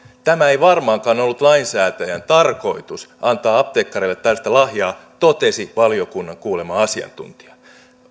tämä ei varmaankaan ollut lainsäätäjän tarkoitus antaa apteekkareille tällaista lahjaa totesi valiokunnan kuulema asiantuntija